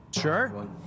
Sure